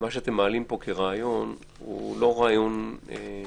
מה שאתם מעלים פה כרעיון הוא לא רעיון חדש,